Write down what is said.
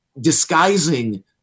disguising